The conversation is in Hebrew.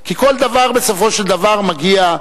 כי כל דבר בסופו של דבר מגיע,